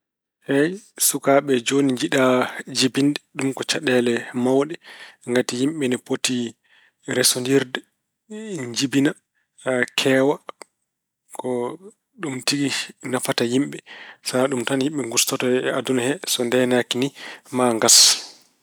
Eey, sukaaɓe jooni njiɗaa jibinde. Ɗum ko caɗeele mawɗe. Ngati yimɓe ine poti resondirde, njibina, keewa. Ko ɗum tigi nafata yimɓe. Sana ɗum tan yimɓe ngustoto e aduna he, so ndeenaaki ni maa ngas.